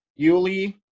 yuli